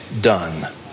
done